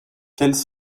quels